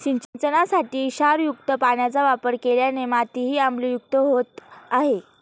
सिंचनासाठी क्षारयुक्त पाण्याचा वापर केल्याने मातीही आम्लयुक्त होत आहे